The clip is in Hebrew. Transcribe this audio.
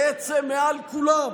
בעצם מעל כולם,